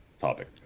topic